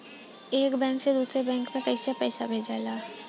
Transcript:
एक बैंक से दूसरे बैंक में कैसे पैसा जाला?